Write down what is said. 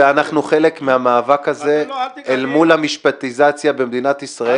אנחנו חלק מהמאבק הזה אל מול המשפטיזציה במדינת ישראל,